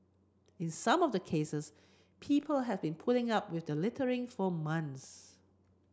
in some of the cases people have been putting up with the littering for months